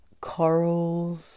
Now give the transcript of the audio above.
corals